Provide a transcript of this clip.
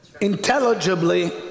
intelligibly